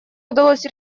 удалось